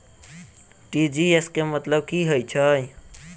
TGS केँ मतलब की हएत छै?